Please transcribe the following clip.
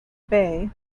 bay